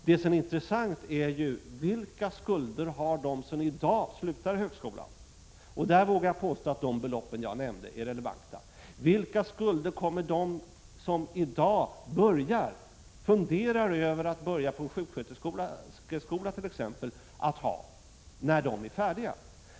Det som är intressant är vilka skulder de har som i dag slutar högskolan — och jag vågar påstå att de belopp som jag nämnde är relevanta. Vilka skulder kommer de som i dag funderar på att börja på t.ex. sjuksköterskeskolan att ha när de är färdiga?